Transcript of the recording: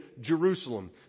Jerusalem